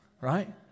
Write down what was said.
Right